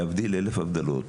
להבדיל אלף הבדלות,